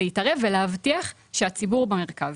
להתערב ולהבטיח שהציבור במרכז.